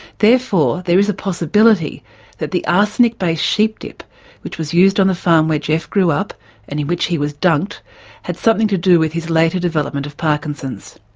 therefore there is a possibility that the arsenic-based sheep dip which was used on the farm where geoff grew up and in which he was dunked had something to do with his later development of parkinson's.